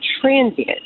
transient